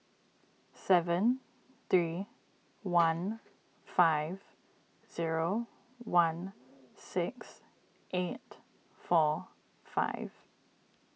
seven three one five zero one six eight four five